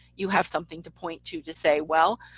you have something to point to to say, well,